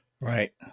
Right